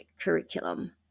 curriculum